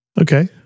Okay